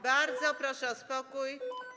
Bardzo proszę o spokój.